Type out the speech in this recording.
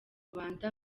rubanda